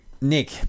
Nick